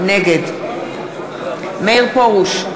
נגד מאיר פרוש,